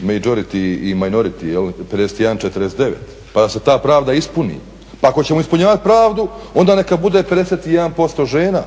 majority i minority, 51:49 pa da se ta pravda ispuni. Pa ako ćemo ispunjavat pravdu onda neka bude 51% žena